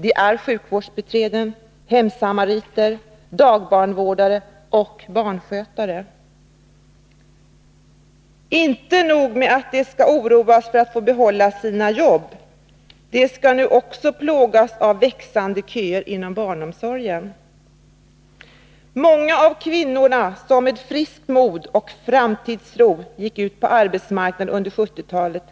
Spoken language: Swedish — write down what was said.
Det är fråga om sjukvårdsbiträden, hemsamariter, dagbarnvårdare och barnskötare. Inte nog med att de skall oroas över att inte få behålla sina jobb — de skall nu också plågas av växande köer inom barnomsorgen. Många av kvinnorna som med friskt mod och framtidstro gick ut på arbetsmarknaden under 1970-talet